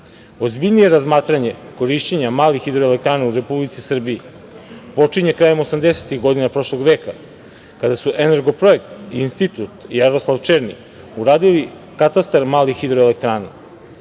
razmatranje korišćenja malih hidroelektrana u Republici Srbiji počinje krajem 80-ih godina prošlog veka, kada su „Energoprojekt“ i Institut „Jaroslav Černi“ uradili Katastar malih hidroelektrana.